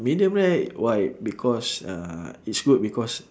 medium rare why because uh is good because